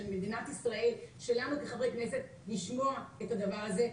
של מדינת ישראל ושלנו כחברי כנסת לשמוע את הדבר הזה,